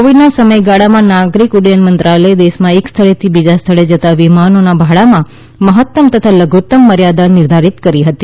કોવીડના સમયાગાળમાં નાગરીક ઉડૃયન મંત્રાલયે દેશમાં એક સ્થળેથી બીજા સ્થળે જતા વિમાનોમાં ભાડામાં મહત્તમ તથા લધુત્તમ મર્યાદા નિર્ધારીત કરી હતી